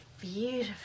beautiful